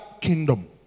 kingdom